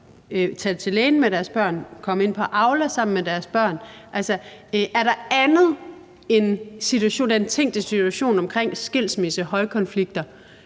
tage til lægen med deres børn, komme ind på Aula sammen med deres børn. Er der andet end den tænkte situation omkring skilsmisse, højkonflikter,